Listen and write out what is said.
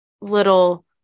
little